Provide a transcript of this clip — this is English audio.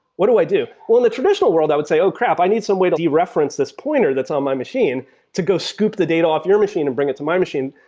what do i do? well, in the traditional world i would say, oh crap! i need some way to dereference this pointer that's on my machine to go scoop the date off your machine and bring it to my machine.